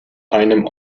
einem